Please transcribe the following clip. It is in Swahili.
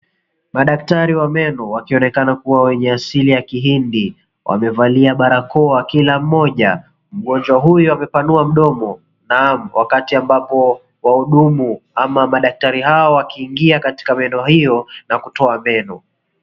Madaktari wa meno wakionekana kuwa wenye asili ya kihindi wamevalia barakoa kila mmoja. Mgonjwa huyo amepanua mdomo na wakati ambapo wahudumu ama madaktari hawa wakiingia katika meno hio na kutoa meno.